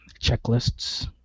checklists